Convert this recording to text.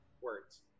words